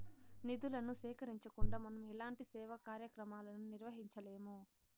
నిధులను సేకరించకుండా మనం ఎలాంటి సేవా కార్యక్రమాలను నిర్వహించలేము